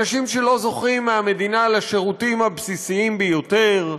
אנשים שלא זוכים מהמדינה לשירותים הבסיסיים ביותר,